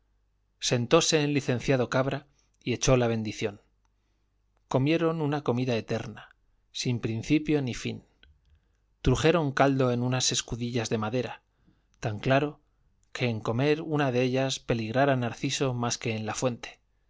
diaquilón sentóse el licenciado cabra y echó la bendición comieron una comida eterna sin principio ni fin trujeron caldo en unas escudillas de madera tan claro que en comer una de ellas peligrara narciso más que en la fuente